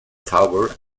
tower